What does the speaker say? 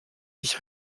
sich